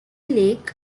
lake